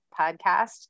podcast